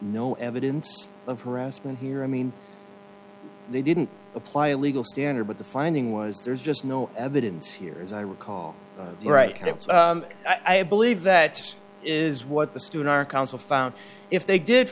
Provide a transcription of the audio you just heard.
no evidence of harassment here i mean they didn't apply a legal standard but the finding was there's just no evidence here as i recall right and it was i believe that is what the student council found if they did